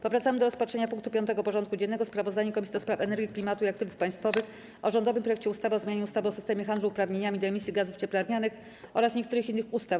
Powracamy do rozpatrzenia punktu 5. porządku dziennego: Sprawozdanie Komisji do Spraw Energii, Klimatu i Aktywów Państwowych o rządowym projekcie ustawy o zmianie ustawy o systemie handlu uprawnieniami do emisji gazów cieplarnianych oraz niektórych innych ustaw.